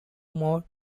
more